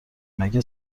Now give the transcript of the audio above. مگه